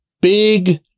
big